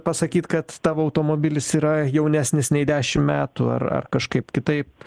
pasakyt kad tavo automobilis yra jaunesnis nei dešimt metų ar ar kažkaip kitaip